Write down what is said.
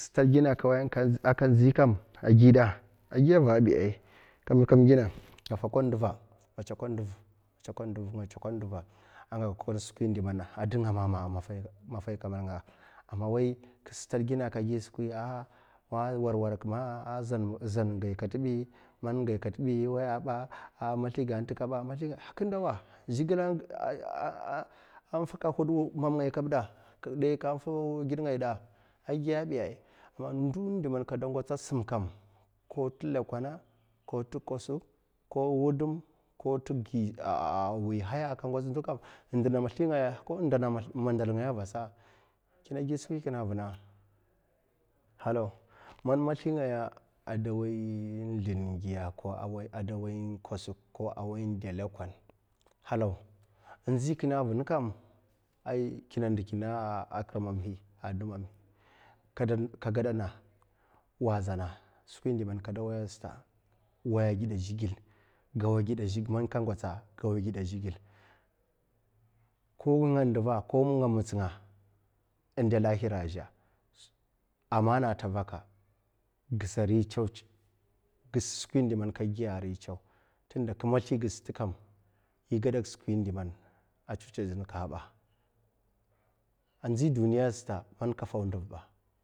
Aman ka wai k'stad gine akanz agiɗa agiya ava bi ai, ngatsukun ndur skwi diman a dinga amama amaffai kamanga awai k'stad gine kagui skwi k'ndawa zhigila afaka huɗmamngai kaɓɗa ɗe ka tau giɗngaiɗa agia ɓiya ama ndwo dima ka ngots twudum, ko kwosk, ko lekona, en ndna mazlingaya, en ndna mandal ngaya avasa kina gi skwi kina avina halaw mazlingayaa da wai zlin gia, kwosk, kowai dei alekan, halaw en nzi kina avann kam, kina ndkina, kiramhi a dumamhir, wa zana skwi diman kada waya sata man ka ngotsa gay agiɗa zhugila, ko nga noliva ko nga matsinga, en dei zhigile aza, endei lahira aza, amana ata hakari, gisa ari tsew tsew tundaman, gawa a giɗa zhigile, k'mazli g'skam yi gaɗak skwi dimana a tsiw tsengin kaɓa en nzi duniya sata manka fau ndurɓi sata.